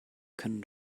können